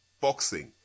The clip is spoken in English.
boxing